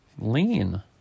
lean